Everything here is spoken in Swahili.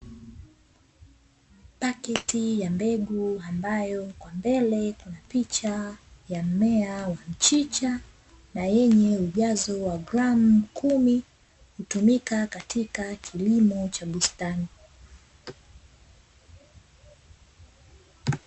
Paketi ya mbegu ambayo kwa mbele kunapicha ya mmea wa mchicha, na yenye ujazo wa gramu kumi, hutumika katika kilimo cha bustani.